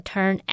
Turn